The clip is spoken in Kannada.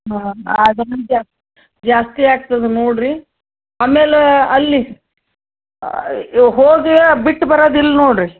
ಹ್ಞೂ ಆದ್ರೂ ಜಾಸ್ತಿ ಜಾಸ್ತಿಯಾಗ್ತದೆ ನೋಡಿ ರೀ ಆಮೇಲೆ ಅಲ್ಲಿ ಹೋಗಿ ಬಿಟ್ಟು ಬರದಿಲ್ಲ ನೋಡಿ ರೀ